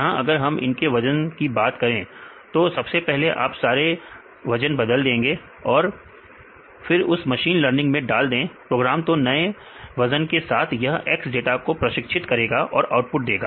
यहां अगर हम इनके वजन की बात करें तो सबसे पहले आप सारे वजन बदल दें और फिर उसे मशीन लर्निंग में डाल दें प्रोग्राम तो नए वजन के साथ यह X डाटा को प्रशिक्षित करेगा और आउटपुट देगा